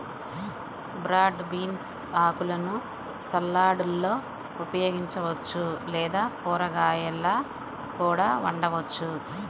broad beans ఆకులను సలాడ్లలో ఉపయోగించవచ్చు లేదా కూరగాయలా కూడా వండవచ్చు